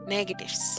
Negatives